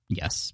yes